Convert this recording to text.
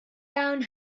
down